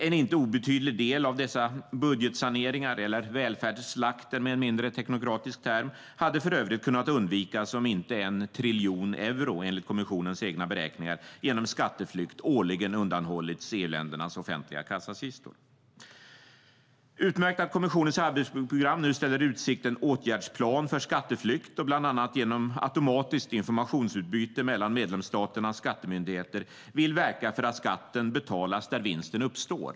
En inte obetydlig del av dessa budgetsaneringar - eller välfärdsslakt med en mindre teknokratisk term - hade för övrigt kunnat undvikas om inte 1 triljon euro, enligt kommissionens egna beräkningar, genom skatteflykt årligen undanhållits EU-ländernas offentliga kassakistor. Det är utmärkt att kommissionens arbetsprogram nu ställer i utsikt en åtgärdsplan för skatteflykt och bland annat genom automatiskt informationsutbyte mellan medlemsstaternas skattemyndigheter vill verka för att skatten betalas där vinsten uppstår.